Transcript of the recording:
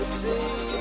see